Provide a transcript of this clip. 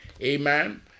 Amen